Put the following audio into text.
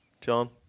John